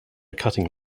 cutting